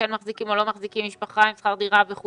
אם כן מחזיקים או לא מחזיקים משפחה עם שכר דירה וכולי.